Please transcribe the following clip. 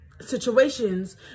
situations